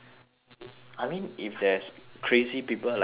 I mean if there's crazy people like me right